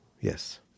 yes